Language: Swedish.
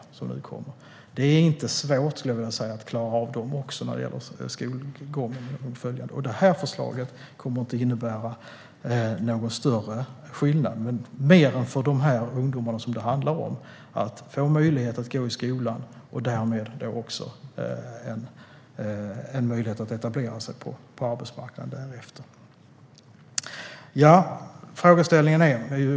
Det är inte svårt att klara av också dem när det gäller skolgång och följande. Det här förslaget kommer inte att innebära någon större skillnad - mer än den att ungdomarna som det handlar om får möjlighet att gå i skolan och därmed får möjlighet att därefter etablera sig på arbetsmarknaden.